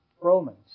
Romans